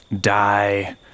die